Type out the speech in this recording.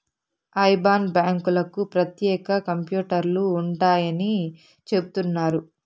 IBAN బ్యాంకులకు ప్రత్యేక కంప్యూటర్లు ఉంటాయని చెబుతున్నారు